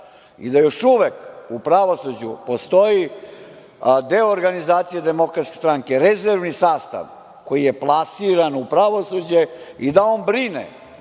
i da još uvek u pravosuđu postoji deo organizacije DS, rezervni sastav, koji je plasiran u pravosuđe i da on brine